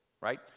right